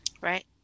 Right